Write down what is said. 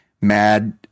mad